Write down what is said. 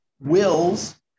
wills